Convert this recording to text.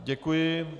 Děkuji.